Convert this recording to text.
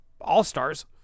all-stars